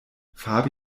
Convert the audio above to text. fabi